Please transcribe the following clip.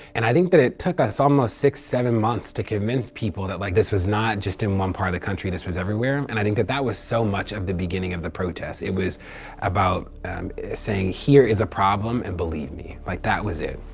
and i think that it took us almost six, seven months to convince people that like this was not just in one part of the country, this was everywhere, and i think that that was so much of the beginning of the protest. it was about and saying here is a problem and believe me, like that was it.